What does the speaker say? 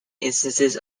instances